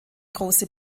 große